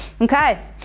Okay